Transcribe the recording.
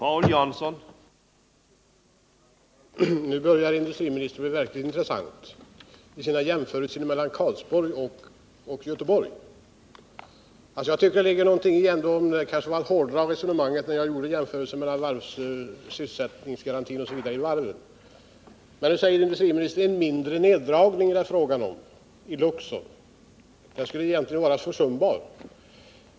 Herr talman! Nu börjar industriministern bli verkligt intressant i sina jämförelser mellan Karlsborg och Göteborg. Jag tycker att det även om det kanske var att något hårdra resonemanget — ändå ligger något i den jämförelse jag gjorde med sysselsättningsgarantin osv. inom varven. Nu säger industriministern att det är fråga om en mindre neddragning inom Luxor — det verkar som om den skulle vara försumbar.